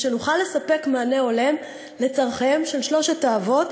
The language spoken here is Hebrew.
ושנוכל לספק מענה הולם לצורכיהם של שלושת האבות,